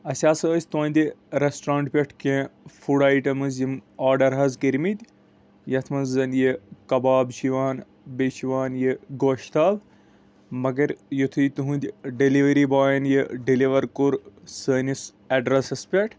اَسہِ ہسا أسۍ تُہنٛدِ رٮ۪ٮ۪سٹرونٹ پٮ۪ٹھ کیٚنٛہہ فُڈ آیٹمس یِم آڈر حظ کٔرۍ مٕتۍ یتھ منٛز زن یہِ کباب چھ یِوان بیٚیہِ چھ یِوان یہِ گۄشتاب مگر یُتھےٕ تُہنٛدۍ ڈلؤری باین یہِ ڈلیور کوٚر سأنِس اٮ۪ڈرسس پٮ۪ٹھ